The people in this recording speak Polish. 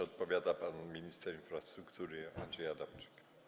Odpowiada pan minister infrastruktury Andrzej Adamczyk.